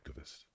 activist